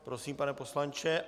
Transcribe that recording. Prosím, pane poslanče.